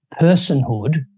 personhood